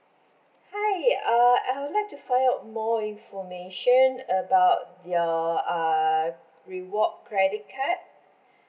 hi uh I would like to find out more information about your uh reward credit card